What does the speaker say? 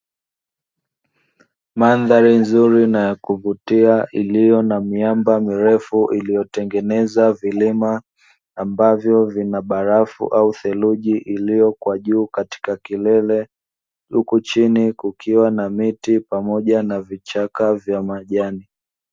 Mandhari nzuri na ya kuvutia iliyo na miamba mirefu iliyotengeneza vilima, ambavyo vinabarafu na seluji iliyo kwa juu katika kilele huku chini kukiwa na miti pamoja na vichaka vya majani.